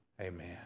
Amen